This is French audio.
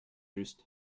juste